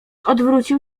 odwrócił